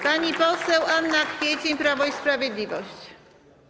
Pani poseł Anna Kwiecień, Prawo i Sprawiedliwość.